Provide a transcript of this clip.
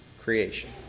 creation